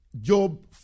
Job